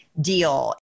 deal